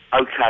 okay